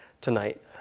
tonight